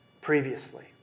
previously